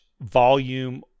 volume